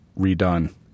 redone